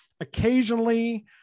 Occasionally